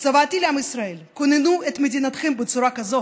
"צוואתי לעם ישראל: כוננו את מדינתכם בצורה כזו